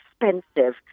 expensive